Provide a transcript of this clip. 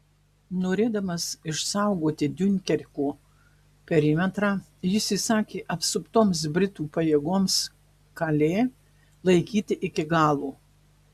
norėdamas išsaugoti diunkerko perimetrą jis įsakė apsuptoms britų pajėgoms kalė laikyti iki galo